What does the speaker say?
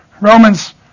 Romans